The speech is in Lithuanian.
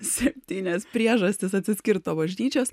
septynias priežastis atsiskirt nuo bažnyčios